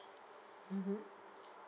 mmhmm